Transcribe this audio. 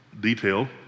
detail